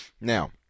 Now